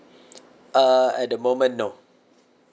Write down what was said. uh at the moment no